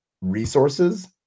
resources